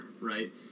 right